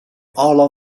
all